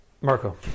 Marco